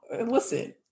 listen